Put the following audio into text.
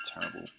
terrible